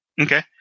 Okay